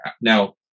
now